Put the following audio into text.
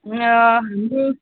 हाम्रो